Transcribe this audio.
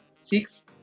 six